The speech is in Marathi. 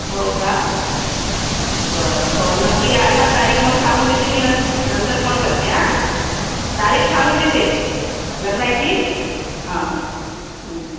हो का बरं हो नक्की याल न तारीक मग सांगून देते मी न नंतर फोन करते आ तारीख सांगून देते लग्नाची हां हं